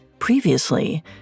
Previously